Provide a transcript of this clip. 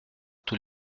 tous